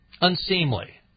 unseemly